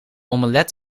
omelet